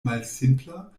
malsimpla